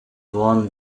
won